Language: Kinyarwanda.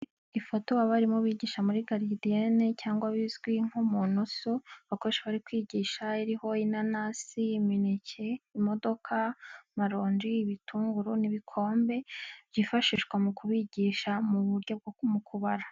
Ifoto abarimu bigisha muri garidiyene cyangwa bizwi nk'umunusu bakoresha bari kwigisha iriho inanasi, imineke, imodoka, marongi, ibitunguru n'ibikombe byifashishwa mu kubigisha mu buryo bwo kubara.